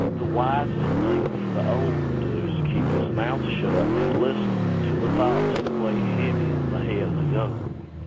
the wisest thing for the old one to do is to keep his mouth mouth shut and listen to the thoughts that weigh heavy on the head of the younger one.